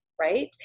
right